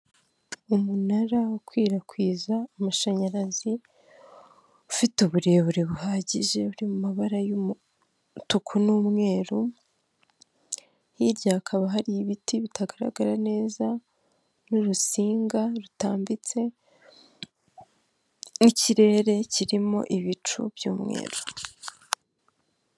Inzu icuruza ibiribwa n'ibinyobwa harimo amata ya mukamira, hakaba harimo firigo ikonjesha ibyo kunywa twaramo umuntu w'umukiriya umaze kuyifata ibyo amaze kurya no kunywa agiye kwishyura yambaye ishati y'umakara rukara.